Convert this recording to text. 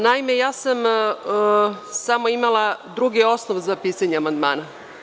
Naime, ja sam samo imala drugi osnov za pisanje amandmana.